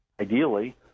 ideally